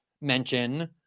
mention